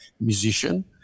musician